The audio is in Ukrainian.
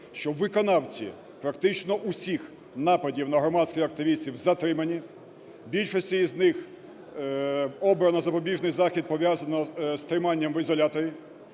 що виконавці практично усіх нападів на громадських активістів затримані, більшості із них обрано запобіжний захід, пов'язаний з триманням в ізоляторі.